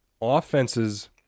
offenses